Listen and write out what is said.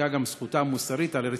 תפקע גם זכותה המוסרית על ארץ-ישראל.